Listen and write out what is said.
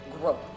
growth